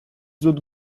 dut